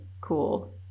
cool